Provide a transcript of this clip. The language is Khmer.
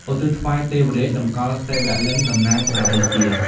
ឧទ្ទិសថ្វាយទេវរាជ (តម្កល់សិវលិង្គតំណាងព្រះរាជា)។